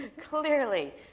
clearly